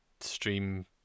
stream